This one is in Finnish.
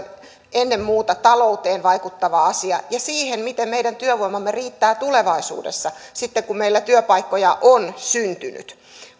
ennen muuta talouteen vaikuttava asia ja siihen miten meidän työvoimamme riittää tulevaisuudessa sitten kun meillä työpaikkoja on syntynyt